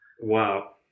Wow